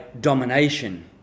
domination